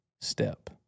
step